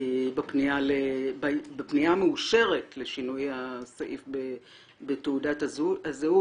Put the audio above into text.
בפנייה מאושרת לשינוי הסעיף בתעודת הזהות.